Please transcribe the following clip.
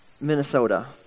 Minnesota